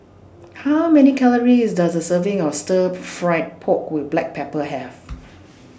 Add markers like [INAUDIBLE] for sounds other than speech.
How Many Calories Does A Serving of Stir Fried Pork with Black Pepper Have [NOISE]